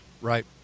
Right